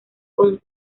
con